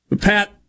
Pat